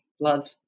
love